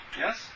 Yes